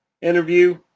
interview